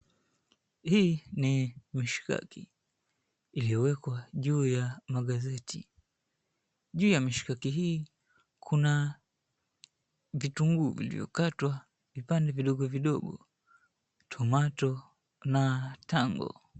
Hii ni mishikaki iliyowekwa juu ya magazeti. Juu ya mshikaki hii, kuna vitunguu vilivyo katwa vipande vidogovidogo, tomato na tango.